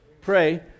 pray